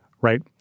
right